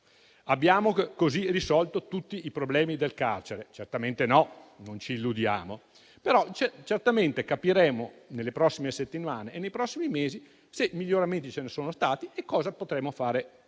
Abbiamo così risolto tutti i problemi del carcere? Certamente no, non ci illudiamo, però certamente capiremo nelle prossime settimane e nei prossimi mesi se miglioramenti ci sono stati e cosa potremmo fare